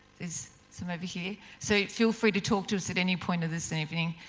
there's some over here, so feel free to talk to us at any point this evening.